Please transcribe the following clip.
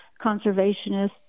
conservationists